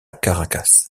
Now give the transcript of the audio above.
caracas